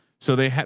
so they have